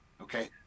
Okay